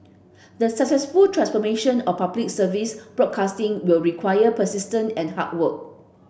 the successful transformation of Public Service broadcasting will require persistence and hard work